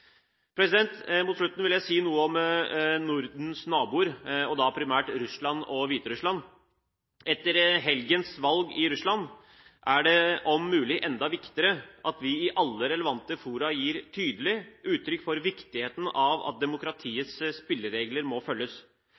Mot slutten vil jeg si noe om Nordens naboer og da primært Russland og Hviterussland. Etter helgens valg i Russland er det om mulig enda viktigere at vi i alle relevante fora gir tydelig uttrykk for viktigheten av at demokratiets spilleregler må følges.